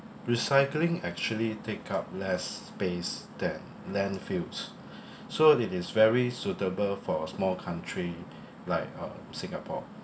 recycling actually take up less space than landfills so it is very suitable for a small country like uh singapore